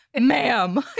Ma'am